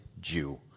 Jew